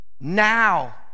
Now